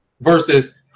versus